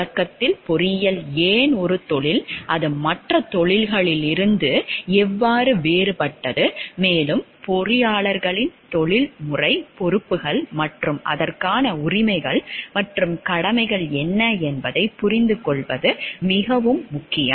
தொடக்கத்தில் பொறியியல் ஏன் ஒரு தொழில் அது மற்ற தொழில்களிலிருந்து எவ்வாறு வேறுபட்டது மேலும் பொறியாளர்களின் தொழில்முறை பொறுப்புகள் மற்றும் அதற்கான உரிமைகள் மற்றும் கடமைகள் என்ன என்பதைப் புரிந்துகொள்வது மிகவும் முக்கியம்